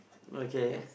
okay